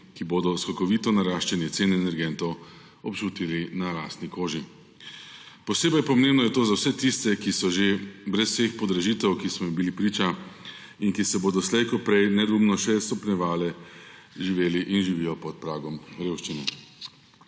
ki bodo skokovito naraščanje cen energentov občutili na lastni koži. Posebej pomembno je to za vse tiste, ki so že brez vseh podražitev, ki smo jim bili priča, in ki se bodo slej ko prej nedvoumno še stopnjevale, živeli in živijo pod pragom revščine.